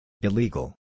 Illegal